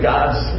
God's